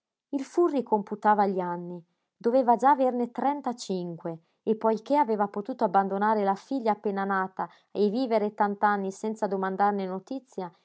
il furri computava gli anni doveva già averne trentacinque e poiché aveva potuto abbandonare la figlia appena nata e vivere tant'anni senza domandarne notizia